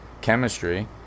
chemistry